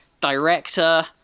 director